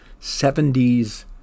70s